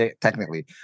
technically